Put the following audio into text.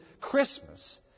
Christmas